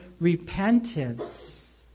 repentance